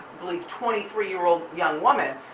believe, twenty three year old young woman,